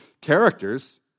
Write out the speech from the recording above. characters